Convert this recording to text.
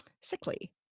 sickly